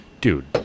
dude